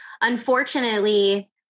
Unfortunately